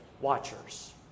watchers